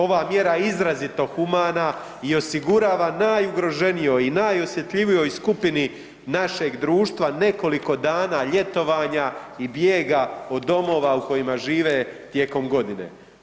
Ova mjera je izrazito humana i osigurava najugroženijoj i najosjetljivijoj skupini našeg društva nekoliko dana ljetovanja i bijega od domova u kojima žive tijekom godine.